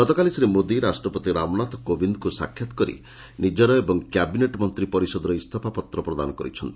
ଗତକାଲି ଶ୍ରୀ ମୋଦି ରାଷ୍ଟ୍ରପତି ରାମନାଥ କୋବିନ୍ଦଙ୍କୁ ସାକ୍ଷାତ କରି ନିଜର ଏବଂ କ୍ୟାବିନେଟ୍ ମନ୍ତ୍ରୀ ପରିଷଦର ଇସ୍ତଫାପତ୍ର ପ୍ରଦାନ କରିଛନ୍ତି